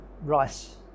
rice